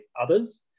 others